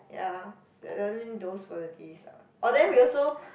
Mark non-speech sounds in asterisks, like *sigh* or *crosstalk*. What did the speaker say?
ya *noise* those were the days lah orh then we also